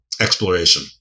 exploration